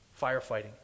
firefighting